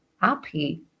happy